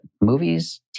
movies